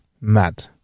Mad